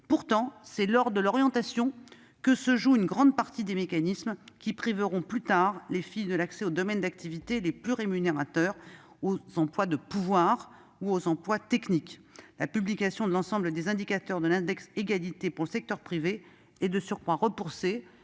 Pourtant, c'est lors de l'orientation que s'enclenchent bien des mécanismes qui privent plus tard les filles de l'accès aux domaines d'activité les plus rémunérateurs, aux emplois techniques et aux fonctions de pouvoir. La publication de l'ensemble des indicateurs de l'index égalité pour le secteur privé est de surcroît repoussée